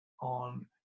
on